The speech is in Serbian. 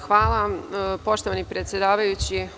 Hvala, poštovani predsedavajući.